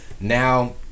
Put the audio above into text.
Now